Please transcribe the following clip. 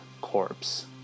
corpse